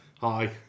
hi